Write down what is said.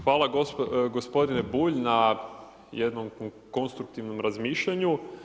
Hvala gospodine Bulj na jednom konstruktivnom razmišljanju.